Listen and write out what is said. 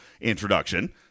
introduction